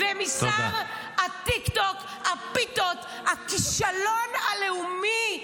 -- ומשר הטיקטוק, הפיתות, הכישלון הלאומי.